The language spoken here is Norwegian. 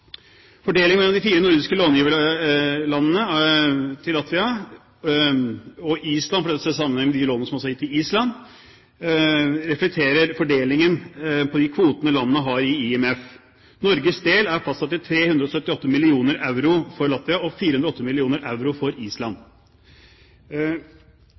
mellom de fire nordiske långiverlandene av lånene til Latvia og Island er sett i sammenheng, og samlet reflekterer denne fordelingen de relative kvotene landene har i IMF. Norges del er fastsatt til 378 mill. euro for Latvia og 480 mill. euro for Island.